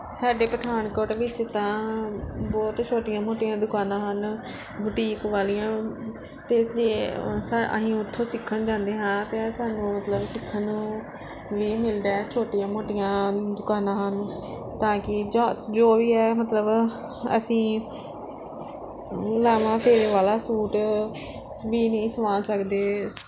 ਸਾਡੇ ਪਠਾਨਕੋਟ ਵਿੱਚ ਤਾਂ ਬਹੁਤ ਛੋਟੀਆਂ ਮੋਟੀਆਂ ਦੁਕਾਨਾਂ ਹਨ ਬੁਟੀਕ ਵਾਲੀਆਂ ਅਤੇ ਜੇ ਅਸੀਂ ਉੱਥੋਂ ਸਿੱਖਣ ਜਾਂਦੇ ਹਾਂ ਅਤੇ ਸਾਨੂੰ ਮਤਲਬ ਸਿੱਖਣ ਨੂੰ ਵੀ ਮਿਲਦਾ ਛੋਟੀਆਂ ਮੋਟੀਆਂ ਦੁਕਾਨਾਂ ਹਨ ਤਾਂ ਕਿ ਜਾ ਜੋ ਵੀ ਹੈ ਮਤਲਬ ਅਸੀਂ ਲਾਵਾਂ ਫੇਰੇ ਵਾਲਾ ਸੂਟ ਵੀ ਨਹੀਂ ਸਵਾ ਸਕਦੇ